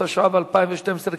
התשע"ב 2012,